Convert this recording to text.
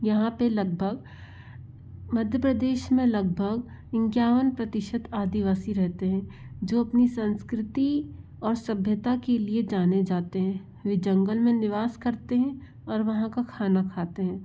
यहाँ पर लगभग मध्य प्रदेश में लगभग इक्यावन प्रतिशत आदिवासी रहते हैं जो अपनी संस्कृति और सभ्यता के लिए जाने जाते हैं वे जंगल में निवास करते हैं और वहाँ का खाना खाते हैं